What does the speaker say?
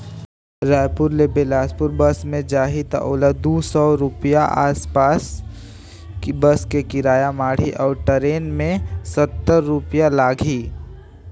रायपुर ले बेलासपुर बस मे जाही त ओला दू सौ रूपिया के आस पास बस किराया माढ़ही अऊ टरेन मे सत्तर रूपिया लागही